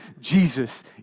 Jesus